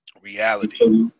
Reality